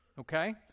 Okay